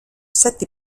sette